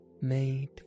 made